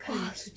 !wah!